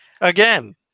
Again